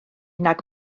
nag